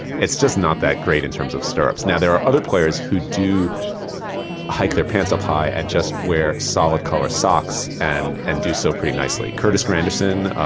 it's just not that great in terms of stirrups. now there are other players who do hike their pants up high and just wear solid color socks and and do so pretty nicely. curtis granderson,